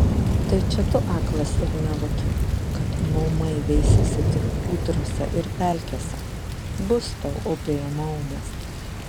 tai čia tu aklas ir nevoki kad maumai veisiasi tik kūdrose ir pelkėse bus tau upėje maumas